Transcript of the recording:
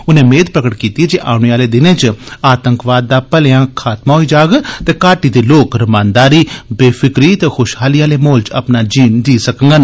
उनें मेद प्रगट कीती जे औने आले दिनें च आतंकवाद दा भलेआ खातमा होई जाग ते घाटी दे लोक रमानदारी बेफिक्री ते खुशहाली आले माहौल च अपना जीन जी सकगंन